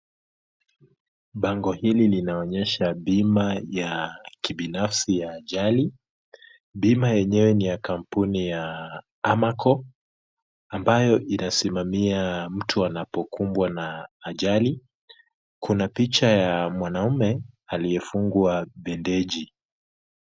Bango hili linaonyesha bima la kibinafsi la ajali. Bima yenyewe ni ya kampuni ya Amarco. Ambayo inasimamia mtu anapokumbwa na ajali, kuna picha ya mtoto aliyefungwa bendeji.